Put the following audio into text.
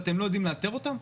ואתם לא יודעים לאתר אותם?